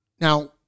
Now